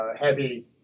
heavy